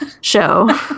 show